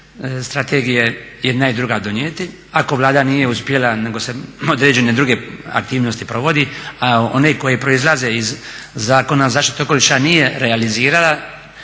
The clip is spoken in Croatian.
strategije jedna i druga donijeti ako Vlada nije uspjela nego se određene druge aktivnosti provodi, a one koje proizlaze iz Zakona o zaštiti okoliša nije realizirala